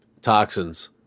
toxins